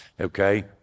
okay